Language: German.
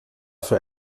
für